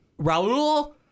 Raul